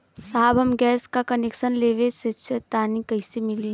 साहब हम गैस का कनेक्सन लेवल सोंचतानी कइसे मिली?